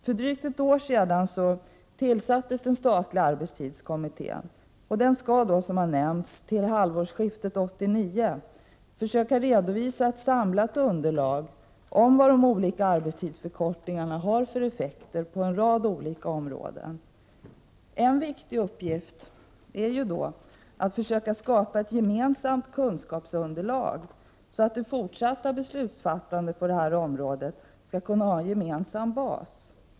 För drygt ett år sedan tillsattes den statliga arbetstidskommittén, och den skall, som nämnts, till halvårsskiftet 1989 försöka redovisa ett samlat underlag i fråga om vad de olika arbetstidsförkortningarna har för effekter på en rad olika områden. En viktig uppgift är att försöka skapa ett gemensamt 73 kunskapsunderlag, så att det fortsatta beslutsfattandet på detta område skall 16 november 1988 kunna ha en gemensam bas.